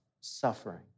suffering